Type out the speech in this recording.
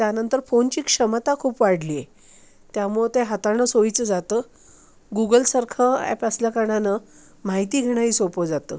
त्यानंतर फोनची क्षमता खूप वाढली आहे त्यामुळे ते हाताळणं सोयीचं जातं गुगलसारखं ॲप असल्या कारणानं माहिती घेणंही सोपं जातं